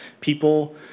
people